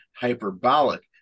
hyperbolic